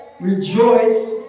Rejoice